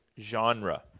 genre